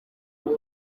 kuri